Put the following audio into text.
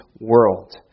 world